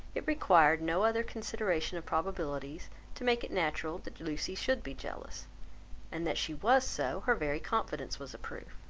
it required no other consideration of probabilities to make it natural that lucy should be jealous and that she was so, her very confidence was a proof.